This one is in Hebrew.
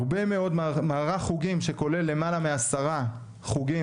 הרבה מאוד מערך חוגים שכולל למעלה מ-10 חוגים